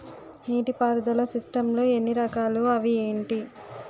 నీటిపారుదల సిస్టమ్ లు ఎన్ని రకాలు? అవి ఏంటి?